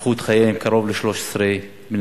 קיפחו את חייהם קרוב ל-13 בני-אדם.